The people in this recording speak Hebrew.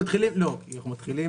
לא, כי אנחנו מתחילים